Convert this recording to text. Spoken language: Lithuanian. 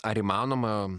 ar įmanoma